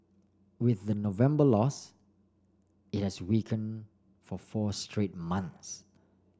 with the November loss it has weaken for four straight months